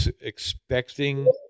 expecting